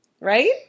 right